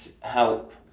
help